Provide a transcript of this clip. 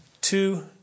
two